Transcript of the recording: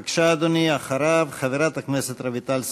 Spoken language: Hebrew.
בבקשה, אדוני, ואחריו, חברת הכנסת רויטל סויד.